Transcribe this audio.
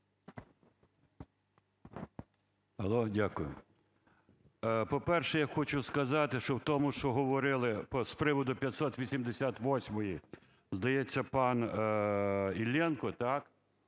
Я.В. Дякую. По-перше, я хочу сказати, що в тому, що говорили з приводу 588, здається, пан Іллєнко, так,